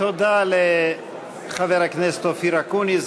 תודה לחבר הכנסת אופיר אקוניס,